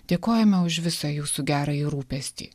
dėkojame už visą jūsų gerąjį rūpestį